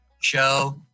show